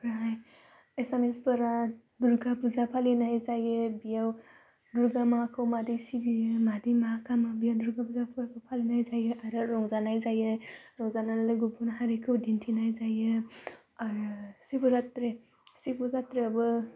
ओमफ्राय एसामिसफोरा दुर्गा फुजा फालिनाय जायो बेयाव दुर्गा माखौ माबायदि सिबियो माबायदि मा खालामो बेयाव दुर्गा फुजा फोरबो फालिनाय जायो आरो रंजानाय जायो रंजानानैलाय गुबुन हारिखौ दिन्थिनाय जायो आरो सिभ'रात्रि सिभ'रात्रियावबो